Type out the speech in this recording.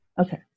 okay